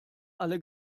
alle